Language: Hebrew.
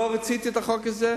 לא רציתי את החוק הזה.